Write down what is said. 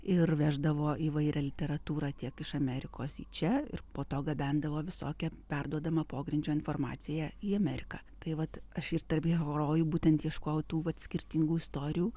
ir veždavo įvairią literatūrą tiek iš amerikos į čia po to gabendavo visokią perduodamą pogrindžio informaciją į ameriką tai vat aš ir tarp herorojų būtent ieškojau tų vat skirtingų istorijų